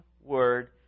word